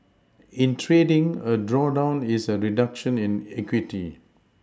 in trading a drawdown is a reduction in equity